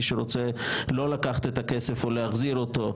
מי שרוצה לא לקחת את הכסף או להחזיר אותו,